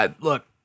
look